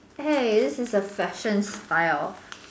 hey this is a fashion's file